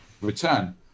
return